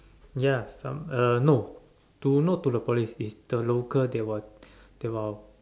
ya some uh no to not to the police is the local they will they will